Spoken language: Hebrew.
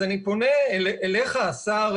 אני פונה אליך השר,